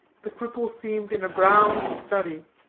the cripple seemed in a brown study.